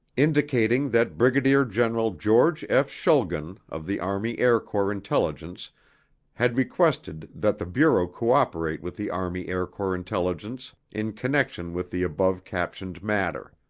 indicating that brigadier general george f. schulgen of the army air corps intelligence had requested that the bureau cooperate with the army air corps intelligence in connection with the above captioned matter.